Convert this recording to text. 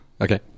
Okay